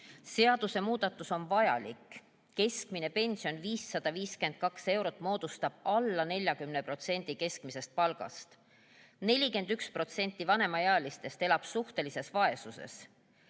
Seadusemuudatus on vajalik. Keskmine pension 552 eurot moodustab alla 40% keskmisest palgast. 41% vanemaealistest elab suhtelises vaesuses.